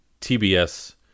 TBS